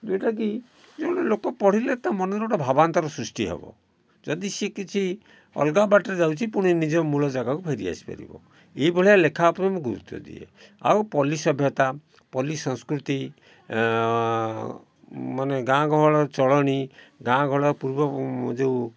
ଯେଉଁଟା କି ଜଣେ ଲୋକ ପଢ଼ିଲେ ତା ମନରେ ଗୋଟେ ଭାବାନ୍ତର ସୃଷ୍ଟିି ହେବ ଯଦି ସେ କିଛି ଅଲଗା ବାଟରେ ଯାଉଛି ପୁଣି ନିଜ ମୂଳ ଜାଗାକୁ ଫେରି ଆସିପାରିବ ଏଇଭଳିଆ ଲେଖା ଉପରେ ମୁଁ ଗୁରୁତ୍ୱ ଦିଏ ଆଉ ପଲ୍ଲୀ ସଭ୍ୟତା ପଲ୍ଲୀ ସଂସ୍କୃତି ମାନେ ଗାଁ ଗହଳରେ ଚଳନି ଗାଁ ଗହଳ ପୂର୍ବ ଯେଉଁ